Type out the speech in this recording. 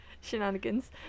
shenanigans